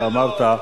אתה אמרת,